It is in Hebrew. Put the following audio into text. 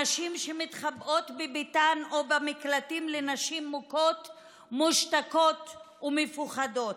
הנשים שמתחבאות בביתן או במקלטים לנשים מוכות מושתקות ומפוחדות.